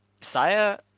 Saya